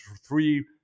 three